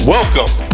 Welcome